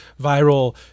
viral